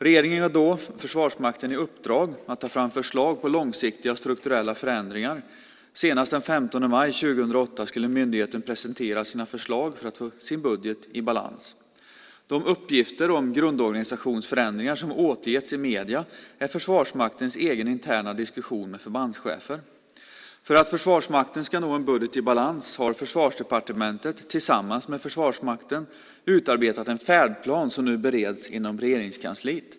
Regeringen gav då Försvarsmakten i uppdrag att ta fram förslag på långsiktiga och strukturella förändringar. Senast den 15 maj 2008 skulle myndigheten presentera sina förslag för att få sin budget i balans. De uppgifter om grundorganisationsförändringar som återgetts i medierna är Försvarsmaktens egen interna diskussion med förbandschefer. För att Försvarsmakten ska nå en budget i balans har Försvarsdepartementet tillsammans med Försvarsmakten utarbetat en färdplan som nu bereds inom Regeringskansliet.